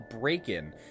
break-in